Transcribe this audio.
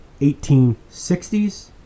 1860s